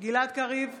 גלעד קריב,